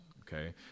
okay